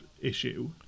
issue